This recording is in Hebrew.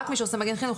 רק מי שעושה מגן חינוך,